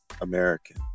American